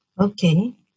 Okay